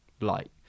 light